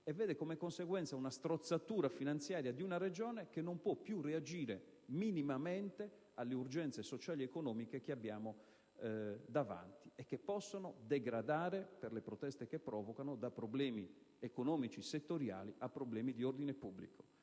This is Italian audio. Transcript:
e la conseguenza è la strozzatura finanziaria di una Regione che non può più reagire minimamente alle urgenze sociali ed economiche che abbiamo davanti e che possono degradare, per le proteste che provocano, da problemi economici settoriali a problemi di ordine pubblico.